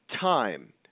time